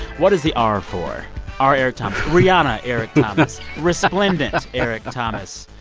what is the r for r. eric thomas, rihanna eric thomas, resplendent ah eric thomas,